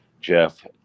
Jeff